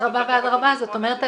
זאת אומרת,